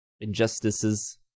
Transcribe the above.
Injustices